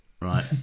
right